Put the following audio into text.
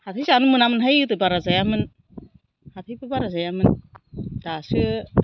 हाथाइ जानो मोनामोनहाय गोदो बारा जायामोन हाथाइबो बारा जायामोन दासो